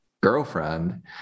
girlfriend